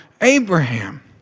Abraham